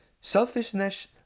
selfishness